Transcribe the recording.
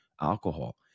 alcohol